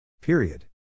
Period